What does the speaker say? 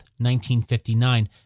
1959